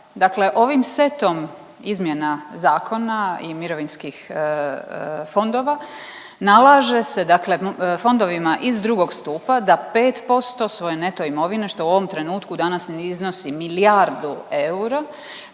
Dakle, ovim setom izmjena zakona i mirovinskih fondova nalaže se dakle fondovima iz 2. stupa da 5% svoje neto imovine što u ovom trenutku danas … iznosi milijardu eura